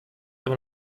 aber